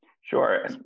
Sure